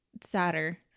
sadder